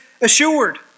assured